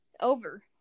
over